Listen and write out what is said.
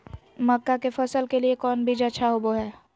मक्का के फसल के लिए कौन बीज अच्छा होबो हाय?